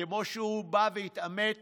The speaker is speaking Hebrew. כמו שהוא בא והתעמת